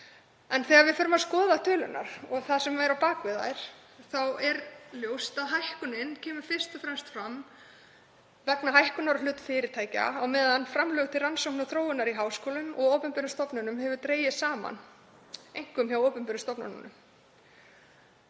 En þegar við förum að skoða tölurnar og það sem er á bak við þær þá er ljóst að hækkunin kemur fyrst og fremst til vegna hækkunar á hlut fyrirtækja á meðan framlög til rannsókna og þróunar í háskólum og opinberum stofnunum hafa dregist saman, einkum hjá opinberum stofnunum.